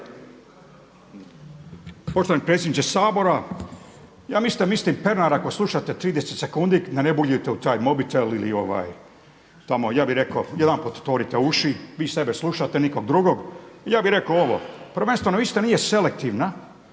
Poštovani predsjedniče Sabora, ja isto mislim Pernara ako slušate 30 sekundi da ne buljite u taj mobitel ili tamo ja bih rekao jedanput otvorite uši, vi sebe slušate nikog drugog ja bih rekao ovo. Prvenstveno …/Govornik se ne